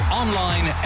online